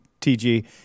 TG